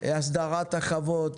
הסדרת החוות,